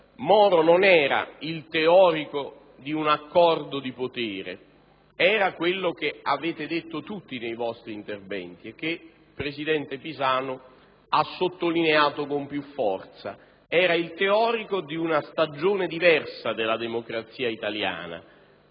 Moro non era il teorico di un accordo di potere, era quello che avete detto tutti nei vostri interventi e che il presidente Pisanu ha sottolineato con più forza: era il teorico di una stagione diversa della democrazia italiana,